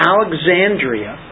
Alexandria